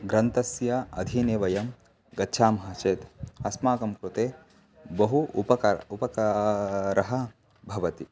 ग्रन्थस्य अधीनं वयं गच्छामः चेत् अस्माकं कृते बहु उपकारः उपकारः भवति